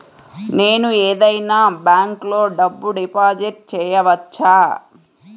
నేను ఏదైనా బ్యాంక్లో డబ్బు డిపాజిట్ చేయవచ్చా?